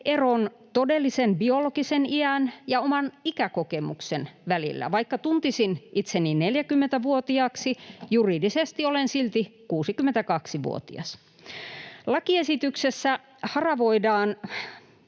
eron todellisen biologisen iän ja oman ikäkokemuksen välillä. Vaikka tuntisin itseni 40-vuotiaaksi, juridisesti olen silti 62-vuotias. Lakiesityksessä haravoidaan